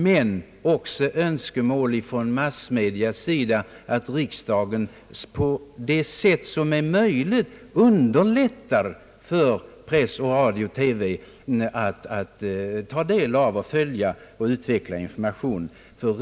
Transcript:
Men det finns också önskemål från massmedia att riksdagen på alla möjliga sätt underlättar för press, radio och TV att ta del av och utveckla information om riksdagsarbetet.